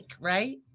right